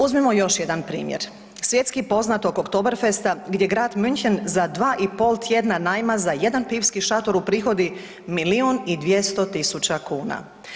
Uzmimo još jedan primjer, svjetski poznatog Oktoberfesta gdje grad Munchen za 2,5 tjedna najma za jedan pivski šator uprihodi milijun i 200 tisuća kuna.